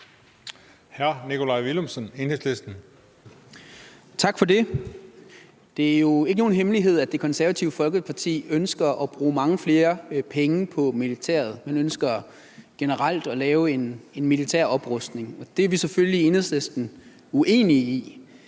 19:38 Nikolaj Villumsen (EL): Tak for det. Det er jo ikke nogen hemmelighed, at Det Konservative Folkeparti ønsker at bruge mange flere penge på militæret. Man ønsker generelt at lave en militær oprustning. Det er vi selvfølgelig i Enhedslisten uenige i,